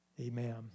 Amen